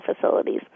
facilities